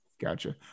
gotcha